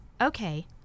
okay